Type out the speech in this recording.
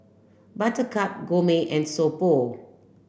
buttercup Gourmet and So Pho